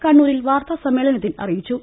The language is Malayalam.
കണ്ണൂരിൽ വാർത്താ സമ്മേളനത്തിൽ അറിയിച്ചു